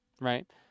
right